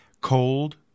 cold